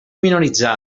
minoritzades